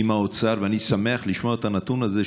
ואני שמח לשמוע את הנתון הזה,